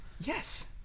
Yes